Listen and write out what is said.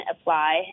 apply